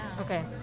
Okay